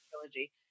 trilogy